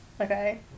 Okay